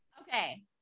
Okay